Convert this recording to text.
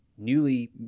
newly